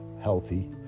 healthy